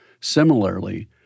Similarly